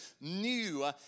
new